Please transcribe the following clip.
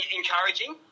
encouraging